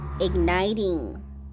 igniting